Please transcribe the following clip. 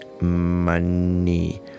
money